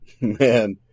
Man